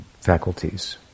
faculties